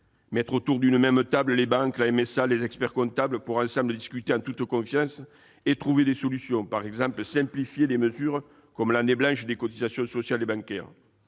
mettre autour d'une même table les banques, la MSA, les experts-comptables pour qu'ils discutent en toute confiance et trouvent des solutions : par exemple, simplifier les mesures, comme l'année blanche de cotisations sociales et bancaires.